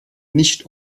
nicht